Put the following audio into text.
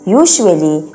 usually